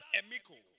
emiko